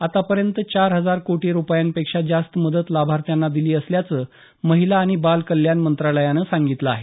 आतापर्यंत चार हजार कोटी रुपयांपेक्षा जास्त मदत लाभार्थ्यांना दिली असल्याचं महिला आणि बाल कल्याण मंत्रालयानं सांगितलं आहे